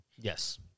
Yes